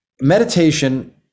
meditation